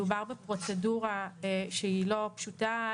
מדובר בפרוצדורה שהיא לא פשוטה,